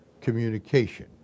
communication